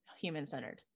human-centered